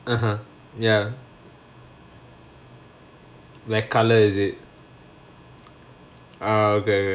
(uh huh) ya like colour is it ah okay okay